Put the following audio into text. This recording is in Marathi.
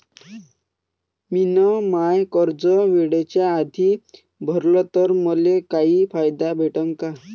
मिन माय कर्ज वेळेच्या आधी भरल तर मले काही फायदा भेटन का?